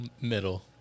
middle